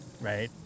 right